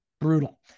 Brutal